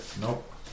Nope